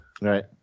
Right